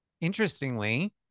interestingly